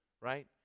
right